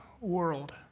world